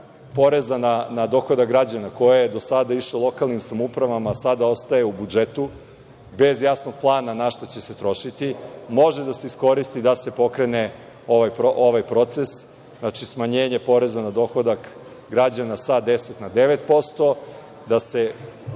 poreza na dohodak građana, koje je do sada išlo lokalnim samoupravama, sada ostaje u budžetu bez jasnog plana na šta će se trošiti. Može da se iskoristi da se pokrene ovaj proces. Znači, smanjenje poreza na dohodak građana sa 10 na 9%, da se